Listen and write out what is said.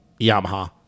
yamaha